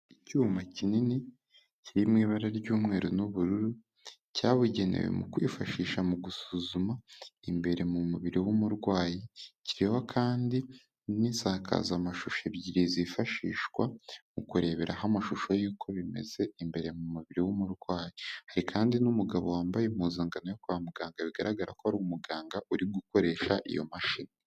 Icyuma kinini kiririmo ibara ry'umweru n'ubururu cyabugenewe mu kwifashisha mu gusuzuma imbere mu mubiri w'umurwayi, kiriho kandi n'isakazamashusho ebyiri zifashishwa mu kureberaho amashusho y'uko bimeze imbere mu mubiri w'umurwayi, hari kandi n'umugabo wambaye impuzankano yo kwa muganga, bigaragara ko ari umuganga uri gukoresha iyo mashini.